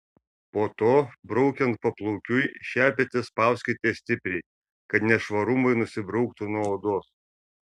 po to braukiant paplaukiui šepetį spauskite stipriai kad nešvarumai nusibrauktų nuo odos